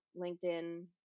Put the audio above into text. LinkedIn